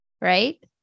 right